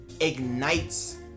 ignites